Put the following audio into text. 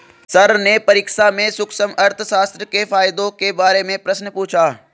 sir ने परीक्षा में सूक्ष्म अर्थशास्त्र के फायदों के बारे में प्रश्न पूछा